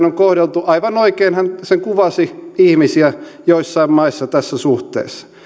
on kohdeltu aivan oikein hän sen kuvasi ihmisiä joissain maissa tässä suhteessa